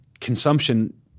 consumption